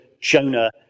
Jonah